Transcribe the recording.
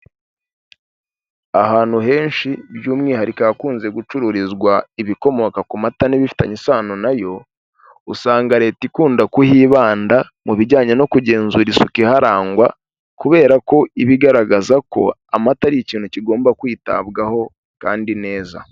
Ahantu henshi by'umwihariko ahakunze gucururizwa ibikomoka ku mata n'ibifitanye isano na yo, usanga Leta ikunda kuhibanda mu bijyanye no kugenzura isuku iharangwa; kubera ko iba igaragaza ko amata ari ikintu kigomba kwitabwaho, kandi neza.